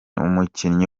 umukinnyi